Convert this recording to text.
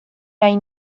nahi